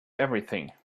everything